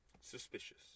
suspicious